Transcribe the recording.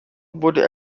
wurde